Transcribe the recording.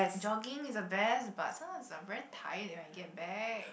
jogging is the best but sometimes I'm very tired when I get back